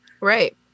Right